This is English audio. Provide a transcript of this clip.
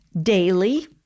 Daily